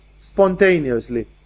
spontaneously